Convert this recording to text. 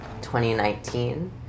2019